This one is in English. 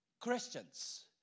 Christians